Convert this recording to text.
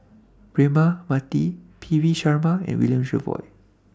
Braema Mathi P V Sharma and William Jervois